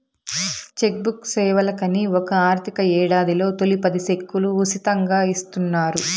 check book సేవలకని ఒక ఆర్థిక యేడాదిలో తొలి పది సెక్కులు ఉసితంగా ఇస్తున్నారు